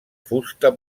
fusta